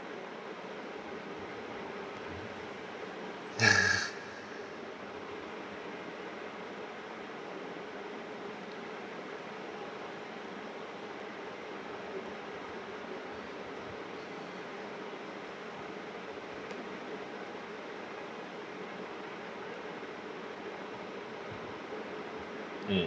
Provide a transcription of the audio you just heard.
mm